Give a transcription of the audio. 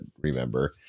remember